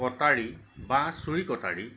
কটাৰী বা চুৰি কটাৰী